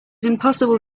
impossible